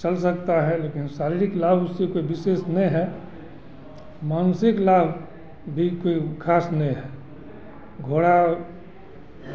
चल सकता है लेकिन शारीरिक लाभ उससे कोई विशेष ने है मानसिक लाभ भी कोई खास नहीं है घोड़ा